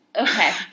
Okay